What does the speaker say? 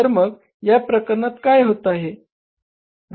तर मग या प्रकरणात काय होते आहे